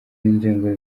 b’inzego